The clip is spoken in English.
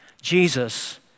Jesus